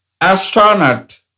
Astronaut